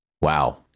wow